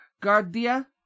guardia